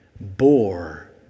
bore